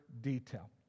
detail